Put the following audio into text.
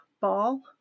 ball